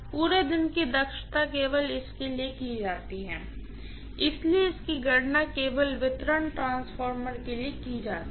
पूरे दिन की दक्षता केवल इसके लिए की जाती है इसलिए इसकी गणना केवल वितरण ट्रांसफार्मर के लिए की जाती है